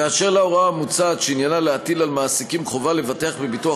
באשר להוראה המוצעת שעניינה להטיל על מעסיקים חובה לבטח בביטוח